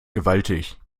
gewaltig